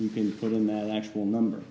you can put in the actual number